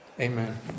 Amen